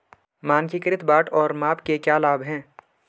मानकीकृत बाट और माप के क्या लाभ हैं?